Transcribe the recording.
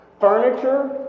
furniture